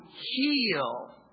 heal